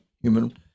Human